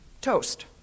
toast